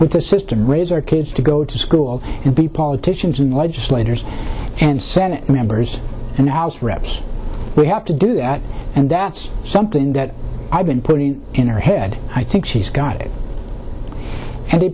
with the system raise our kids to go to school and be politicians and legislators and senate members and house reps we have to do that and that's something that i've been putting in her head i think she's got it and the